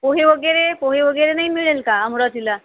पोहे वगैरे पोहे वगैरे नाही मिळेल का अमरावतीला